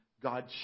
God